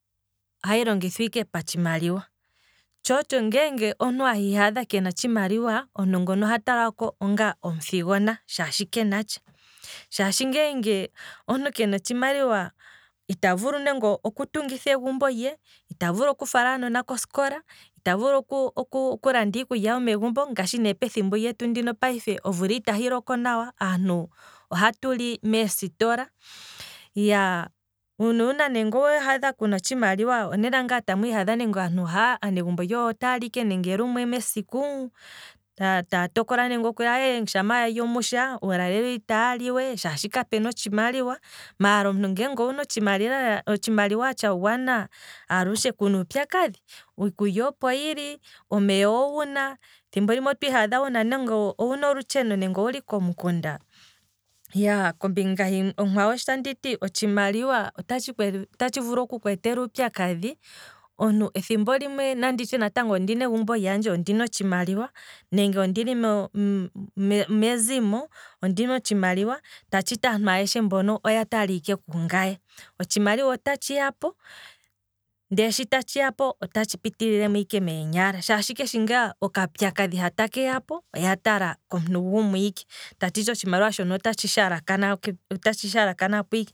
Ohayi longithwa ike patshimaliwa, tshootsho ngele omuntu ahi hadha kena tshimaliwa, omuntungono oha talwako onga omuthigona shaashi kenatsha, shaashi omuntu nge kana otshimaliwa ita vulu kutungitha egumbo lye, ita vulu kufala aanona kosikola, ita vulu okulanda iikulya yomegumbo ngaashi ne pethimbo ndino lyetu payife omvula itayi loko nawa, aantu oha tuli meesitola, iyaa nuuna ne wiiha dha kuna onena ngaa wii hadha aanegumbo yoye taali nande lumwe mesiku, taa tokola nande okuli kutya shampa yali omusha, uulale itaya li we shaashi kapena otshimaliwa, maala ngeenge owuna otshimaliwa tsha gwana lela kuna uupyakadhi, iikulya opo yili, omeya owuna, thimbo limwe otwiihadha nande owuli komukunda, kombingahimwe sho anditi otshimaliwa otatshi vulu oku kweetela uupyakadhi, omuntu ethimbo limwe, nanditye natango ondina egumbo lyandje, ondina otshimaliwa, nenge ondili mo- mo- mezimo ndele ondina otshimaliwa, tatshiti aantu oya tala ike kungaye, otshimaliwa ota tshiyapo, ndee shi tatshiyapo, ota tshi pitililemo ike meenyala, shaashi keshe ngaa okaupyakadhi ta keya oya tala komuntu gumwe ike, tatshiti otshimaliwa ota tshi shalakanapo ike.